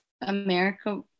America